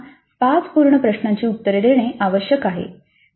विद्यार्थ्यांना 5 पूर्ण प्रश्नांची उत्तरे देणे आवश्यक आहे